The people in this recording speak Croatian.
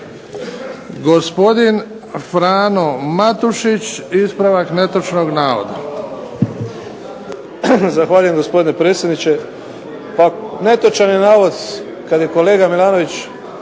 Gospodin Frano Matušić ispravak netočnog navoda.